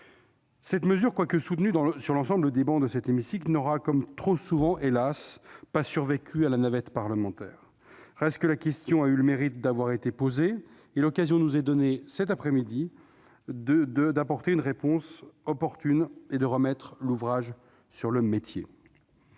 Cette mesure, quoique soutenue sur l'ensemble des travées de cet hémicycle, n'aura, comme trop souvent, hélas, pas survécu à la navette parlementaire. Reste que la question a eu le mérite d'avoir été posée, et l'occasion nous est aujourd'hui donnée d'apporter une réponse opportune en remettant l'ouvrage sur le métier.